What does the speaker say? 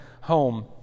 home